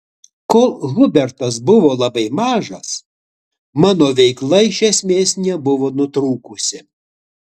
kol hubertas buvo labai mažas mano veikla iš esmės nebuvo nutrūkusi